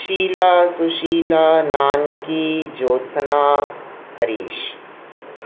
Sheela Sushila Nanki Jyotsna Harish